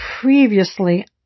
previously